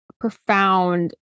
profound